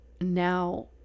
now